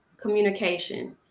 communication